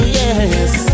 yes